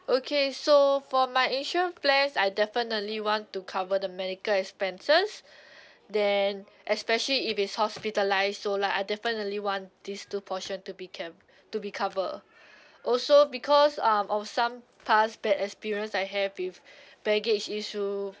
okay so for my insurance plans I definitely want to cover the medical expenses then especially if it's hospitalised so like I definitely want these two portion to be cam~ to be cover also because um of some past bad experience I have with baggage issue